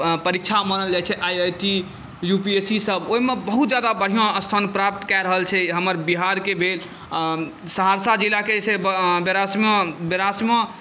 परीक्षा मानल जाइत छै I I T U P S C सभ ओहिमे बहुत ज्यादा बढ़िआँ स्थान प्राप्त कए रहल छै हमर बिहारके भेल सहरसा जिलाके जे छै बेरासीअम